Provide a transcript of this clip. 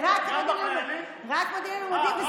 ממדים ללימודים,